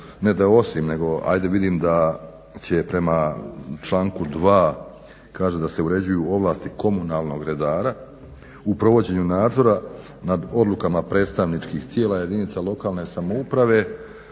ne da osim, nego ajde vidim da će prema članku 2. kaže da se uređuju ovlasti komunalnog redara u provođenju nadzora nad odlukama predstavničkih tijela jedinica lokalne samouprave